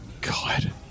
God